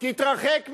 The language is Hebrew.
תתרחק ממנו,